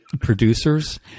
producers